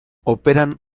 operan